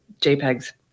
JPEGs